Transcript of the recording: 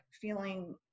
feeling